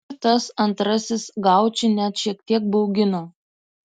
ir tas antrasis gaučį net šiek tiek baugino